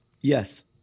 Yes